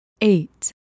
eight